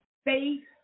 Faith